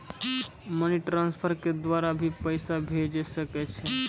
Money transfer के द्वारा भी पैसा भेजै सकै छौ?